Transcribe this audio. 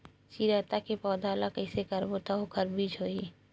चिरैता के पौधा ल कइसे करबो त ओखर बीज होई?